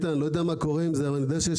אני לא יודע מה קורה עם זה אבל אני יודע שיש